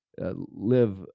live